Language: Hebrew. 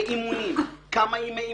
באימונים, כמה ימי אימונים,